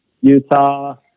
Utah